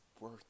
worth